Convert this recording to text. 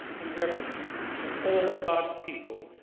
and reverence for all god's people,